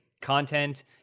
content